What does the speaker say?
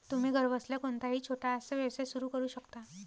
तुम्ही घरबसल्या कोणताही छोटासा व्यवसाय सुरू करू शकता